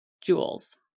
jewels